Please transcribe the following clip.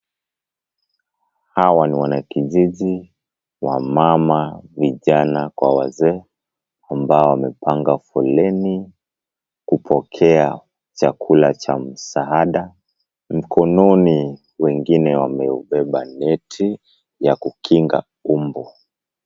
Hawa ni wanakijiji, akina mama, vijana kwa wazee ambao wamepanga foleni kupokea chakula cha msaada, mkononi wengine wameubeba neti ya kukinga mbu.